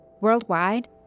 Worldwide